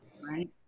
Right